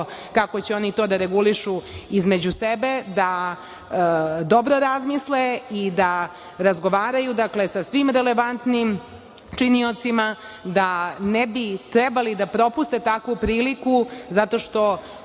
kako će oni to da regulišu između sebe, da dobro razmisle i da razgovaraju, dakle, sa svim relevantnim činiocima, da ne bi trebalo da propuste takvu priliku, zato što